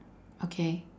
okay